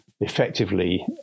effectively